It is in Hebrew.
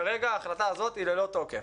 כרגע ההחלטה הזאת היא ללא תוקף.